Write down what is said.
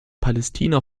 palästina